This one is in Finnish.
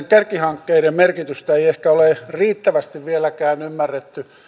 kärkihankkeiden merkitystä ei ehkä ole riittävästi vieläkään ymmärretty